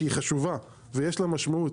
שהיא חשובה ויש לה משמעות,